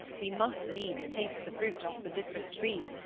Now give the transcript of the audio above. we must needs taste the fruit off the different trees,